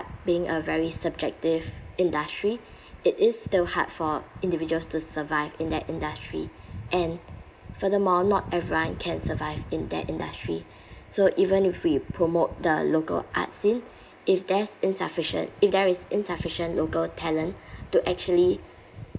being a very subjective industry it is still hard for individuals to survive in that industry and furthermore not everyone can survive in that industry so even if we promote the local arts scene if there's insufficient if there is insufficient local talent to actually